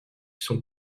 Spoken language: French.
sont